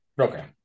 Okay